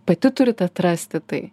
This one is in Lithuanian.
pati turite atrasti tai